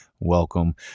Welcome